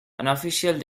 unofficial